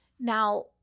Now